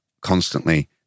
constantly